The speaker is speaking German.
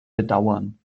bedauern